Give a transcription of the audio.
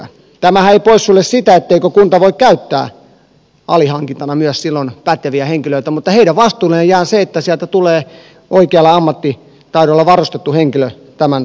tämähän ei poissulje sitä etteikö kunta voi käyttää alihankintana myös silloin päteviä henkilöitä mutta sen vastuulle jää se että sieltä tulee oikealla ammattitaidolla varustettu henkilö tämän todistuksen tekemään